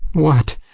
what?